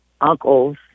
uncles